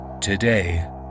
today